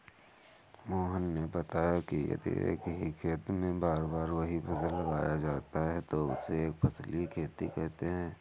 मोहन ने बताया कि यदि एक ही खेत में बार बार वही फसल लगाया जाता है तो उसे एक फसलीय खेती कहते हैं